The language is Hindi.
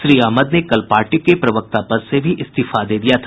श्री अहमद ने कल पार्टी के प्रवक्ता पद से भी इस्तीफा दे दिया था